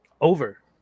over